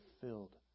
filled